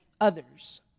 others